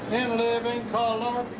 living color